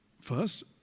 first